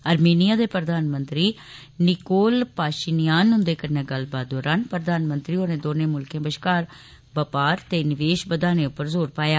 आर्मीनियां दे प्रधानमंत्री Nikol Pashinyan हुन्दे कन्नै गल्लबात दौरान प्रधानमंत्री होरें दौनें मुल्खें बश्कार बपार ते निवेश बधाने उप्पर जोर पाया